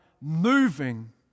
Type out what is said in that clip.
moving